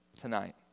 tonight